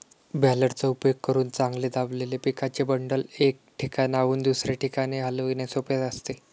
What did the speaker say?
बॅलरचा उपयोग करून चांगले दाबलेले पिकाचे बंडल, एका ठिकाणाहून दुसऱ्या ठिकाणी हलविणे सोपे असते